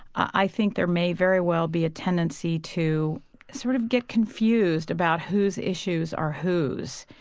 i think there may very well be a tendency to sort of get confused about whose issues are whose.